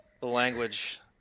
language